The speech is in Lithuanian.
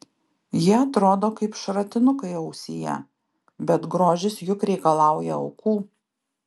jie atrodo kaip šratinukai ausyje bet grožis juk reikalauja aukų